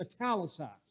italicized